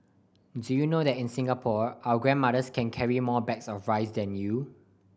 do you know that in Singapore our grandmothers can carry more bags of rice than you